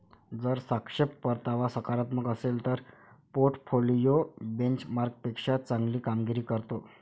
जर सापेक्ष परतावा सकारात्मक असेल तर पोर्टफोलिओ बेंचमार्कपेक्षा चांगली कामगिरी करतो